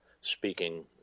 speaking